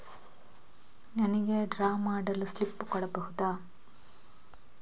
ನನಿಗೆ ಡ್ರಾ ಮಾಡಲು ಸ್ಲಿಪ್ ಕೊಡ್ಬಹುದಾ?